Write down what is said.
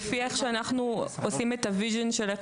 לפי איך שאנחנו עושים את התחזית איך זה ייראה.